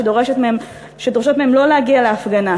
שדורשות מהם לא להגיע להפגנה,